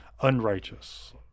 unrighteous